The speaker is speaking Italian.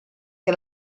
che